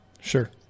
Sure